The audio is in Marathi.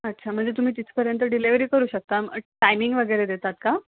अच्छा म्हणजे तुम्ही तिथपर्यंत डिलेव्हरी करू शकता मग टायमिंग वगैरे देतात का